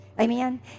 Amen